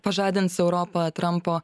pažadins europą trampo